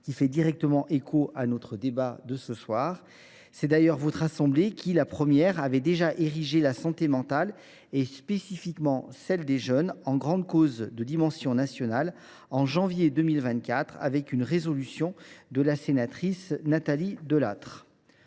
qui fait directement écho à notre débat de ce soir. C’est d’ailleurs votre assemblée qui, la première, avait érigée la santé mentale, et spécifiquement celle des jeunes, en grande cause de dimension nationale, en janvier 2024, avec une résolution votée sur l’initiative de la sénatrice Nathalie Delattre.